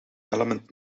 element